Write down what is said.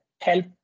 help